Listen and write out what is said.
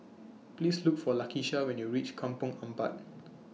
Please Look For Lakisha when YOU REACH Kampong Ampat